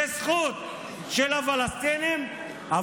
זאת זכות של הפלסטינים,